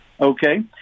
Okay